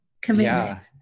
commitment